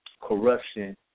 corruption